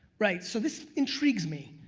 right, so this intrigues me.